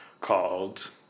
called